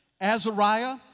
Azariah